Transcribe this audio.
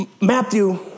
Matthew